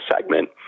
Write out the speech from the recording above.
segment